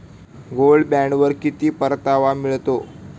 Gold बॉण्डवर किती परतावा मिळतो?